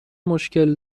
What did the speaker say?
مشکل